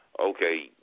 okay